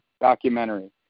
documentary